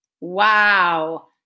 Wow